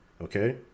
Okay